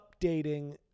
updating